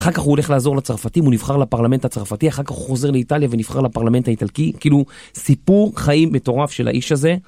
אחר כך הוא הולך לעזור לצרפתים, הוא נבחר לפרלמנט הצרפתי, אחר כך הוא חוזר לאיטליה ונבחר לפרלמנט האיטלקי. כאילו, סיפור חיים מטורף של האיש הזה.